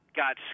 got